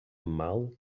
mal